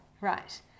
Right